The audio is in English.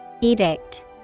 Edict